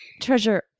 Treasure